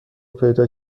پیدا